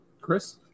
Chris